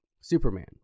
superman